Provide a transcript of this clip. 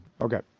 okay